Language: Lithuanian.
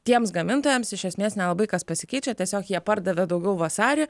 tiems gamintojams iš esmės nelabai kas pasikeičia tiesiog jie pardavė daugiau vasarį